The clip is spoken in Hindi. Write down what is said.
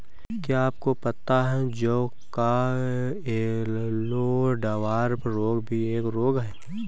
क्या आपको पता है जौ का येल्लो डवार्फ रोग भी एक रोग है?